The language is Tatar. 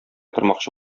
тормакчы